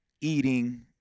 eating